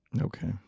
Okay